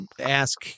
ask